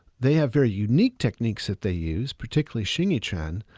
they have very unique techniques that they use, particularly xing yi quan,